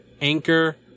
Anchor